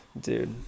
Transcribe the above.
dude